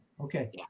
Okay